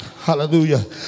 hallelujah